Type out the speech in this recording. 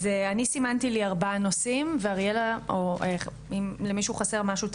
אז אני סימנתי לי ארבעה נושאים ואם למישהו חסר משהו,